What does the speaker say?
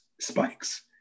spikes